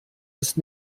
ist